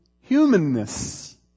humanness